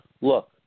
look